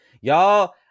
y'all